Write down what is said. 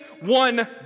one